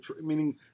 meaning